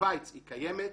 בשוויץ היא קיימת,